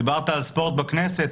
דיברת על ספורט בכנסת,